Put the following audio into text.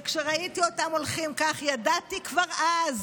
וכשראיתי אותם הולכים כך, ידעתי כבר אז